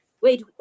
wait